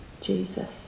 Jesus